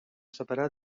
separar